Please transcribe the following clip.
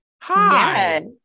hi